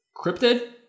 Cryptid